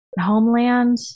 Homeland